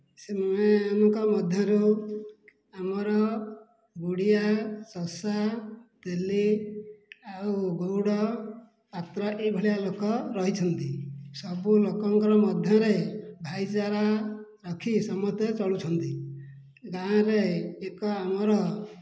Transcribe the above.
ସେମାନଙ୍କ ମଧ୍ୟରୁ ଆମର ଗୁଡ଼ିଆ ଚଷା ତେଲି ଆଉ ଗଉଡ଼ ପାତ୍ର ଏ ଭଳିଆ ଲୋକ ରହିଛନ୍ତି ସବୁ ଲୋକଙ୍କର ମଧ୍ୟରେ ଭାଇଚାରା ରଖି ସମସ୍ତେ ଚଳୁଛନ୍ତି ଗାଁରେ ଏକ ଆମର